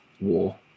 war